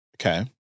Okay